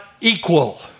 equal